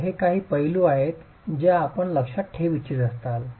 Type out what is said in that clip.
तर हे काही पैलू आहेत ज्या आपण लक्षात ठेवू इच्छित असाल